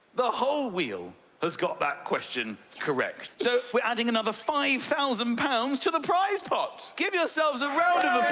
the whole wheel has got that question correct. so we're adding another five thousand pounds to the prize pot! give yourselves a round of